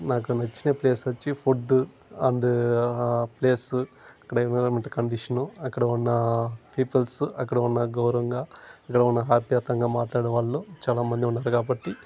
నాకు నచ్చిన ప్లేస్ వచ్చి ఫుడ్ అండ్ ఆ ప్లేస్ అక్కడ ఎన్విరాన్మెంట్ కండిషన్ అక్కడ ఉన్న పీపుల్స్ అక్కడ ఉన్న గౌరవంగా అక్కడ ఉన్న మాట్లాడేవాళ్ళు చాలా మంది ఉన్నారు కాబట్టి